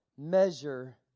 measure